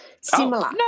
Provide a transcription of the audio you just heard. Similar